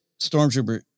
stormtrooper